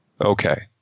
Okay